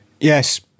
Yes